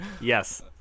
Yes